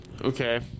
Okay